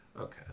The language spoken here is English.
okay